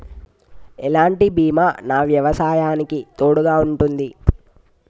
ఎలాంటి బీమా నా వ్యవసాయానికి తోడుగా ఉంటుంది?